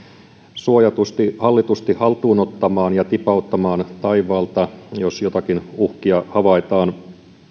suojatusti hallitusti haltuunottamaan ja tipauttamaan taivaalta jos jotakin uhkia havaitaan